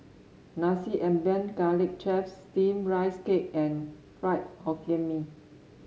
Nasi Ambeng Garlic Chives Steamed Rice Cake and Fried Hokkien Mee